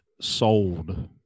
sold